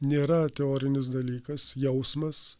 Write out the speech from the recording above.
nėra teorinis dalykas jausmas